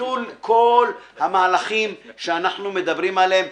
ביטול כל המהלכים שאנחנו מדברים עליהם,